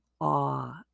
awe